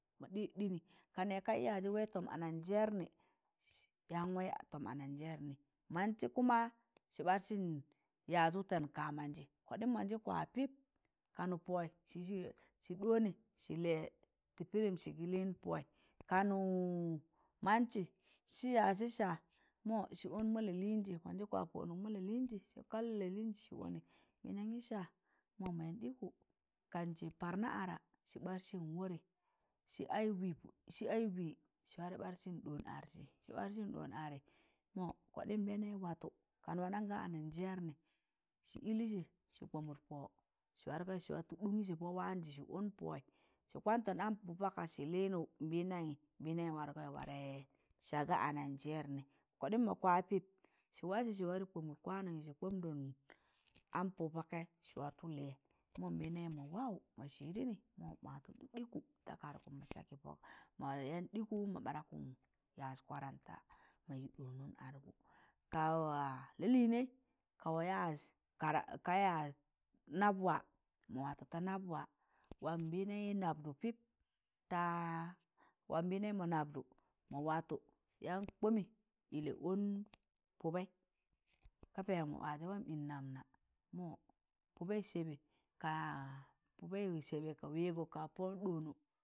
Ma ɗi ɗini ka nẹẹk ka yi yaajị waị tọm anajẹẹr nị yaan waị tọm ananjẹẹrnị, mansị kuma sị ɓarsịn yaịz wụtẹn kamanjị kọɗịm mọnjị kwa pịp kanụ pọị sị ɗọọnẹ sị lịịyẹ tị pịdịm sị gị lịịn pọị, kanụ mansị sị ya sị saa mọ sị ọn ma lalịịnjị mọnjị kwa pọ ọnụk ma lalịịnjị sị kalụd sị ọnị mịndangị saa mọ mayan ɗịkụ kam sị parna ara sị ma sịn wọrị sị wịị sị warẹ ɓar sịn ɗọọn arsị sị ɓarsịn ɗọọn arị mọ kọɗịm nbẹndam watọ kan waanan ga anan jẹẹrnị sị ịlịsị sị kwamụd pọ sị wargọị sị watọ ɗụngụsị tị pọ waanjị sị ọn pọị sị kwantọn am pụd paka sị lịnụ nbịndanyị, nbịndanyị wargị ma kwa pịp sị wasị sị warẹ kbọmụd kwanun sị kpọm dọn am pụd paakaị sị watọ lịyẹ mọ nbẹẹndamị ma waụụ ma sịdịnị mọ mawatọ ma yaan ɗịkụ da kadgụ ma sa kị pọkị ma warẹ yaan ɗịkụ ma marankụn yaan kwadanta magị dọọnụn argụ kawa lalịịnẹị kawa yaịz nabwa ma watọ da nabwa waam nbịndamị nabdụ pịp ta waam nbịndamị ma nabdụ yan kbọmị yịlẹ ọn pụbẹị ka pẹẹmọ waajẹ waam yịn napna mo pụbẹị sẹbẹ. Ka po sebe ka pọ dọọnọ.